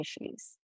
issues